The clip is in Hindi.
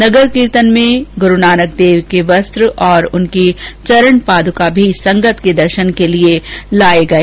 नगर कीर्तन में गुरूनानक देव के वस्त्र और उनकी चरणपादका भी संगत के दर्शन के लिए लाए गए